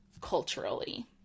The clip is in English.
culturally